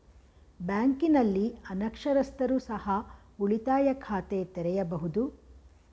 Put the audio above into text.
ಬ್ಯಾಂಕಿನಲ್ಲಿ ಅನಕ್ಷರಸ್ಥರು ಸಹ ಉಳಿತಾಯ ಖಾತೆ ತೆರೆಯಬಹುದು?